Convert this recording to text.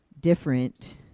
different